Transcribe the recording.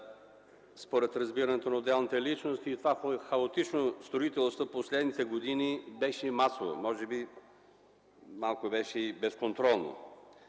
според разбирането на отделната личност. Това хаотично строителство през последните години беше масово, може би и безконтролно.